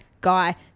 guy